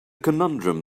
conundrum